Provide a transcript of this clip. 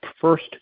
first